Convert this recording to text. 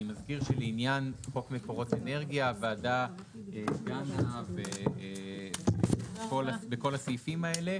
אני מזכיר שלעניין חוק מקורות אנרגיה הוועדה דנה בכל הסעיפים האלה